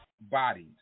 bodies